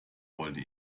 wollte